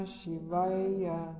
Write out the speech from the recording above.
Shivaya